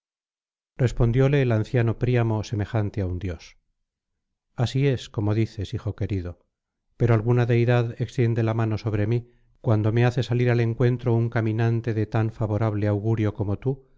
respondióle el anciano príamo semejante á un dios así es como dices hijo querido pero alguna deidad extiende la mano sobre mí cuando me hace salir al encuentro un caminante de tan favorable augurio como tú